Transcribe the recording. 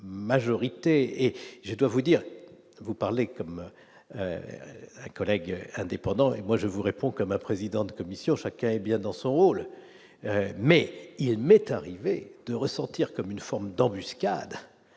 majorité et je dois vous dire : vous parlez comme un collègue. Indépendant et moi je vous réponds comme un président de commission, chacun est bien dans son rôle mais il y a une méthode arrivé de ressentir comme une forme d'embuscades